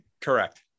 Correct